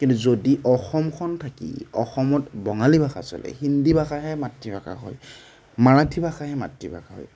কিন্তু যদি অসমখন থাকি অসমত বঙালী ভাষা চলে হিন্দী ভাষাহে মাতৃভাষা হয় মাৰাথী ভাষাহে মাতৃভাষা হয়